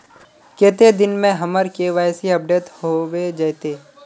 कते दिन में हमर के.वाई.सी अपडेट होबे जयते?